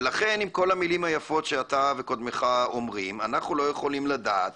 ולכן עם כל המילים היפות שאתה וקודמיך אומרים אנחנו לא יכולים לדעת